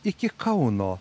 iki kauno